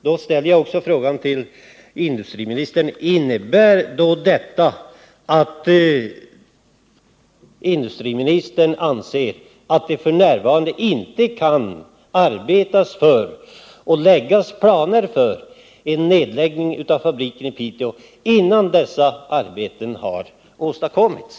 Då vill jag fråga industriministern: Innebär detta att industriministern anser att man f.n. inte kan arbeta för och planera för en nedläggning av fabriken i Piteå, förrän dessa arbeten har utförts?